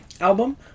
album